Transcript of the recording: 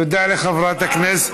תודה לחברת הכנסת.